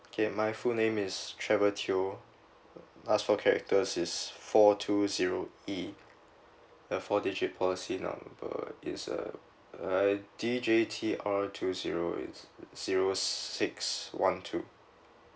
okay my full name is trevor teo last four characters is four two zero E the four digit policy number is uh uh D J T R two zero zero six one two